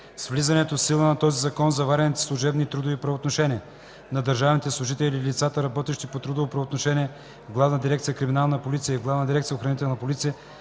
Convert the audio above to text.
С влизането в сила на този закон заварените служебни и трудови правоотношения на държавните служители и лицата, работещи по трудово правоотношение в Главна